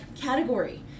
category